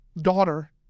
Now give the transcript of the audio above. daughter